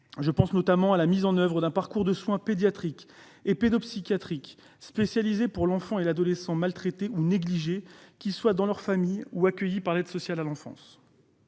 Je pense notamment à la mise en oeuvre d'un parcours de soins pédiatrique et pédopsychiatrique spécialisé pour les enfants et adolescents maltraités ou négligés, qu'ils soient dans leur famille ou accueillis par l'aide sociale à l'enfance.